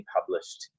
published